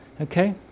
Okay